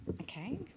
Okay